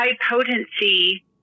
high-potency